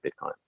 Bitcoin